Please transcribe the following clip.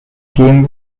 game